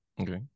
okay